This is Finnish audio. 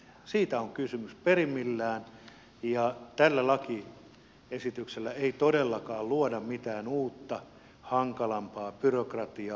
siitä on kysymys perimmillään ja tällä lakiesityksellä ei todellakaan luoda mitään uutta hankalampaa byrokratiaa